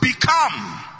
become